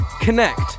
connect